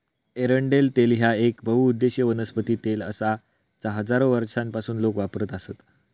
एरंडेल तेल ह्या येक बहुउद्देशीय वनस्पती तेल आसा जा हजारो वर्षांपासून लोक वापरत आसत